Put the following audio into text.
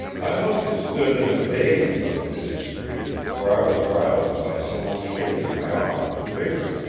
i must have stood in a daze on the busy street, for i was roused by some one shaking my arm with vigor.